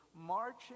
marching